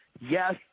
Yes